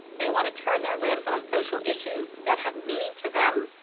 they want to turn their lens on social issues that have meaning to them,